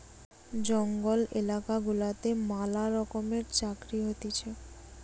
জঙ্গল এলাকা গুলাতে ম্যালা রকমের সব চাকরি হতিছে